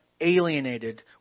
alienated